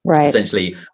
essentially